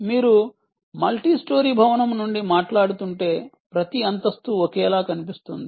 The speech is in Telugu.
మీరు మల్టీస్టోరీ భవనం నుండి మాట్లాడుతుంటే ప్రతి అంతస్తు ఒకేలా కనిపిస్తుంది